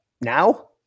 now